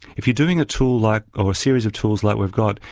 if you're doing a tool, like or a series of tools like we've got,